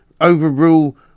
overrule